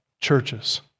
churches